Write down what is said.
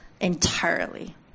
entirely